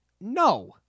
No